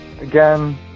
again